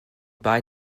bye